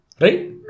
right